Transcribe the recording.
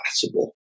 possible